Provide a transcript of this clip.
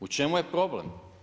U čemu je problem?